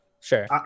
Sure